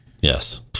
Yes